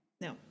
no